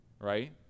right